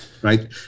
right